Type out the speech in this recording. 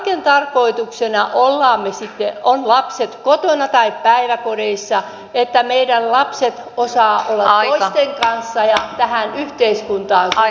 kaiken tarkoituksena on ovat lapset kotona tai päiväkodeissa että meidän lapset osaavat olla toisten kanssa ja tähän yhteiskuntaan sopeutua